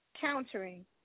countering